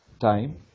time